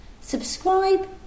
Subscribe